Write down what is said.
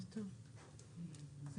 יש